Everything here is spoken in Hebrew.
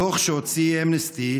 הדוח שהוציא אמנסטי,